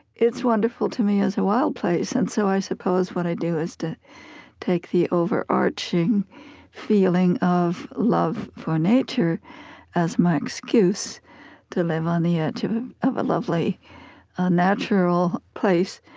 it's wonderful to me as a wild place and so i suppose what i do is to take the overarching feeling of love for nature as my excuse to live on the edge of a lovely natural place,